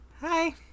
Hi